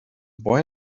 boy